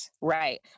Right